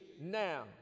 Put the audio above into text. now